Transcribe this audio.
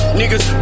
niggas